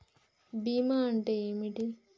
బీమా అంటే ఏమిటి?